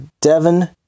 Devon